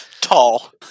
Tall